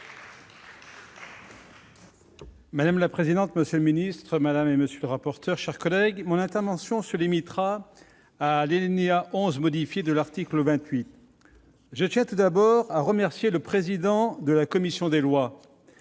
Madame la présidente, monsieur le secrétaire d'État, madame, monsieur les rapporteurs, mes chers collègues, mon intervention se limitera à l'alinéa 11 modifié de l'article 28. Je tiens tout d'abord à remercier le président de la commission des lois